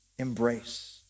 embrace